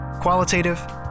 Qualitative